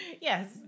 Yes